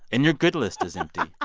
and your good list is empty.